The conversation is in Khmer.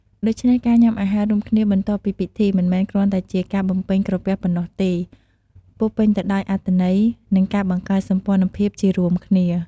ដូច្នេះ ការញ៉ាំអាហាររួមគ្នាបន្ទាប់ពីពិធី មិនមែនគ្រាន់តែជាការបំពេញក្រពះប៉ុណ្ណោះទេ ពោរពេញទៅដោយអត្ថន័យ និងការបង្កើតសម្ព័ន្ធភាពជារួមគ្នា។